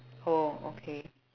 oh okay